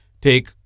take